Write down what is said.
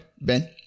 Ben